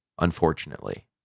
unfortunately